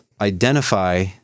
identify